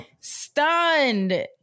stunned